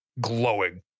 glowing